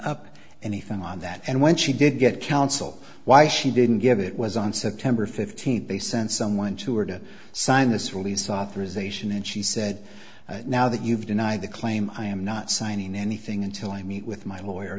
up anything on that and when she did get counsel why she didn't give it was on september fifteenth they sent someone to her to sign this release authorization and she said now that you've denied the claim i am not signing anything until i meet with my lawyer